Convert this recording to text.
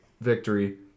victory